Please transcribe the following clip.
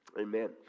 Amen